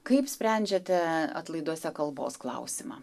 kaip sprendžiate atlaiduose kalbos klausimą